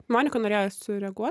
monika norėjo sureaguo